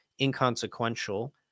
inconsequential